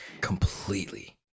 completely